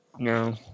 No